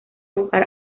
jugar